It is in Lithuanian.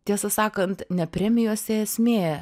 tiesą sakant ne premijose esmė